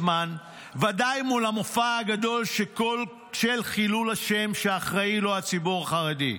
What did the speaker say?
ודאי מול המופע הגדול של חילול השם שאחראי לו הציבור החרדי.